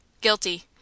Guilty